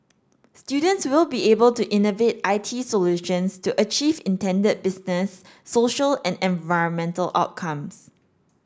students will be able to innovate I T solutions to achieve intended business social and environmental outcomes